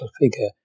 figure